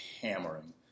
hammering